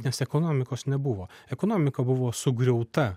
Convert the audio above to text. nes ekonomikos nebuvo ekonomika buvo sugriauta